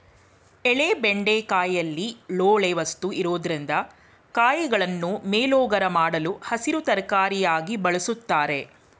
ಎಳೆ ಬೆಂಡೆಕಾಯಿಲಿ ಲೋಳೆ ವಸ್ತು ಇರೊದ್ರಿಂದ ಕಾಯಿಗಳನ್ನು ಮೇಲೋಗರ ಮಾಡಲು ಹಸಿರು ತರಕಾರಿಯಾಗಿ ಬಳುಸ್ತಾರೆ